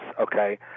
Okay